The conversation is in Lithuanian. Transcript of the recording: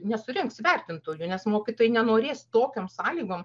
nesurinks vertintojų nes mokytojai nenorės tokiom sąlygom